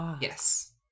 Yes